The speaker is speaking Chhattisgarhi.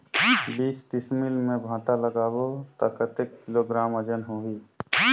बीस डिसमिल मे भांटा लगाबो ता कतेक किलोग्राम वजन होही?